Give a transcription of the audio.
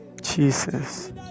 Jesus